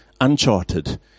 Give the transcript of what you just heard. uncharted